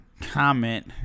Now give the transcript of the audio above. comment